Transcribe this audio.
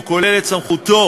והוא כולל את סמכותו